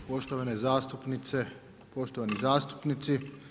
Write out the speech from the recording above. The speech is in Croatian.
Poštovane zastupnice, poštovani zastupnici.